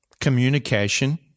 communication